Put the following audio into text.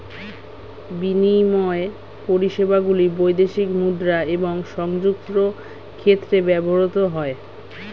বিনিময় পরিষেবাগুলি বৈদেশিক মুদ্রা এবং সংযুক্ত ক্ষেত্রে ব্যবহৃত হয়